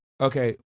Okay